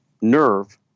nerve